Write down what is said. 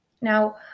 Now